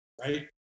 right